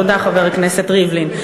תודה, חבר הכנסת ריבלין.